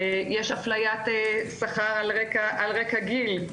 יש אפליית שכר על רקע גיל.